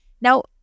Now